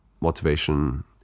motivation